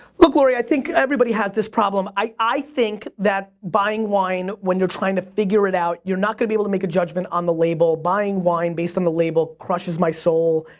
look lori, i think everybody has this problem. i think that buying wine when you're trying to figure it out you're not going to be able to make a judgment on the label. buying wine based on the label crushes my soul.